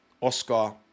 Oscar